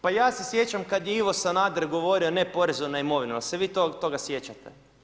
Pa ja se sjećam kad je Ivo Sanader govorio ne porezu na imovinu, jel se vi toga sjećate?